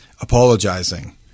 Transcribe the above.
apologizing